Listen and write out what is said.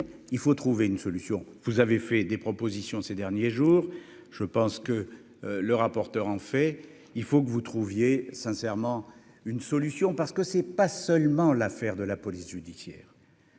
il faut trouver une solution, vous avez fait des propositions, ces derniers jours, je pense que le rapporteur, en fait, il faut que vous trouviez sincèrement une solution parce que c'est pas seulement l'affaire de la police judiciaire.